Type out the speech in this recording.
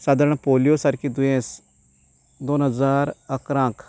सादारण पोलियो सारकीं दुयेंस दोन हजार अकरांक